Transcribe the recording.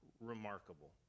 remarkable